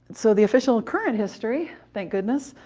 so the official current history, thank goodness,